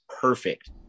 perfect